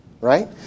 Right